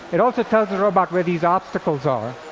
it also tells the robot where these obstacles are.